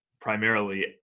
primarily